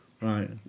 Right